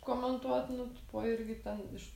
komentuot nu tipo irgi ten iš